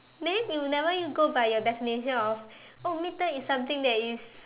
then you never use go by your definition of oh midterms is something that is